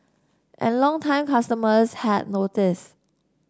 and longtime customers had noticed